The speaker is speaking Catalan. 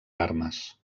armes